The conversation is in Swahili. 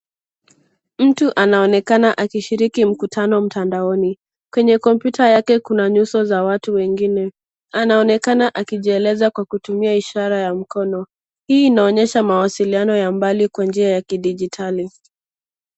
Mtu anaonekana akishiriki mkutano mtandaoni. Kwenye kompyuta yake kuna nyuso za watu wengine. Anaonekana akijieleza kwa kutumia ishara ya mkono. Hii inaonyesha mawasiliano ya mbali kwa njia ya kidigitali.